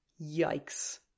Yikes